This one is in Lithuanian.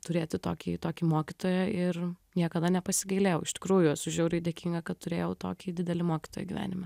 turėti tokį tokį mokytoją ir niekada nepasigailėjau iš tikrųjų esu žiauriai dėkinga kad turėjau tokį didelį mokytoją gyvenime